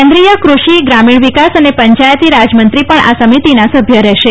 કેન્દ્રીય કૃષિ ગ્રામીણ વિકાસ અને પંચાયતી રાજમંત્રી પણ આ સમિતીના સભ્ય રહેશે